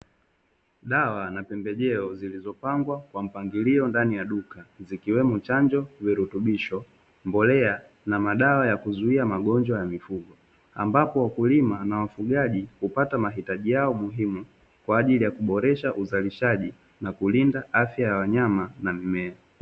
Dawa za pembeheo zilizopangwa kwa mpangilio ndani ya duka zikiwemo chanjo, virutubisho, mbolea na madawa ya kuuzia magonjwa ya mifugo. Ambapo, mkulima na wafugaji hupata mahitaji yao muhimu Kwa ajili ya kuboresha uzalishaji na kulinda afya ya wanyama na mimea.